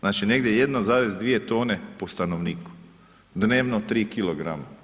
Znači negdje 1,2 tone po stanovniku, dnevno 3 kg.